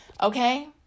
Okay